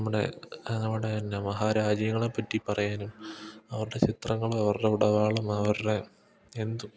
നമ്മുടെ നമ്മുടെതന്നെ മഹാരാജ്യങ്ങളെ പറ്റി പറയാനും അവരുടെ ചിത്രങ്ങളും അവരുടെ ഉടവാളും അവരുടെ എന്തും